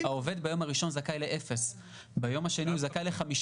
העובד ביום הראשון זכאי לאפס, ביום השני 50%,